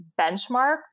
benchmark